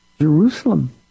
Jerusalem